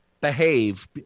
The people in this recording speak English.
behave